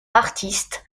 artiste